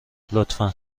لطفا